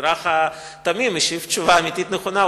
האזרח התמים משיב תשובה אמיתית ונכונה,